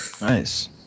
Nice